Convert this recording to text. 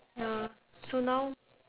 ya so now